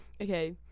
Okay